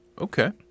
Okay